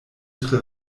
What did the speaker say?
tre